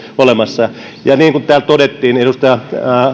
olemassa niin kuin täällä todettiin edustaja